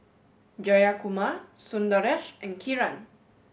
Jayakumar Sundaresh and Kiran